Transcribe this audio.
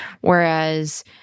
whereas